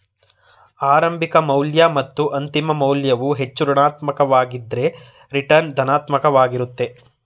ಆರಂಭಿಕ ಮೌಲ್ಯ ಮತ್ತು ಅಂತಿಮ ಮೌಲ್ಯವು ಹೆಚ್ಚು ಋಣಾತ್ಮಕ ವಾಗಿದ್ದ್ರ ರಿಟರ್ನ್ ಧನಾತ್ಮಕ ವಾಗಿರುತ್ತೆ